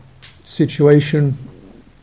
situation